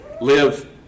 live